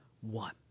one